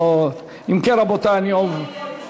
אם כן, רבותי, הנה, הנה הוא.